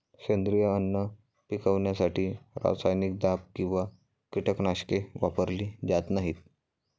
सेंद्रिय अन्न पिकवण्यासाठी रासायनिक दाब किंवा कीटकनाशके वापरली जात नाहीत